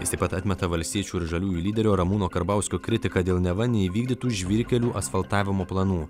jis taip pat atmeta valstiečių ir žaliųjų lyderio ramūno karbauskio kritiką dėl neva neįvykdytų žvyrkelių asfaltavimo planų